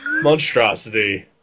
monstrosity